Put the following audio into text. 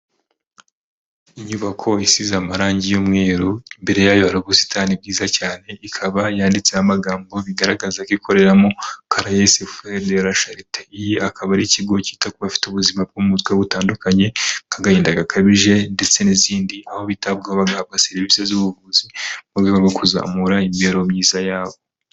Inyubako isize amarangi y'umweru, imbere yayo hari ubusitani bwiza cyane, ikaba yanditse amagambo bigaragaza ko ikoreramo caraes frere de la charite iyi akaba ari ikigo kita kubafite ubuzima bwo mumutwe butandukanye, nk'agahinda gakabije ndetse n'izindi aho bitabwaho bagahabwa serivisi z'ubuvuzi, mu rwego rwo kuzamura imibereho myiza yabo.